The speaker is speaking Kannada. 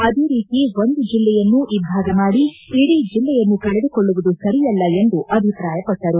ಅದೇ ರೀತಿ ಒಂದು ಜಿಲ್ಲೆಯನ್ನು ಇಬ್ಲಾಗ ಮಾಡಿ ಇಡೀ ಜಿಲ್ಲೆಯನ್ನು ಕಳೆದುಕೊಳ್ಳುವುದು ಸರಿಯಲ್ಲ ಎಂದು ಅಭಿಪ್ರಾಯಪಟ್ಟರು